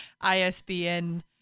isbn